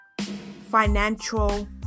financial